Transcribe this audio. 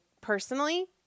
personally